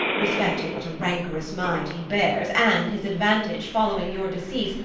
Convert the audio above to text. respecting what a rancorous minde he beares, and his aduantage following your decease,